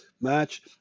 match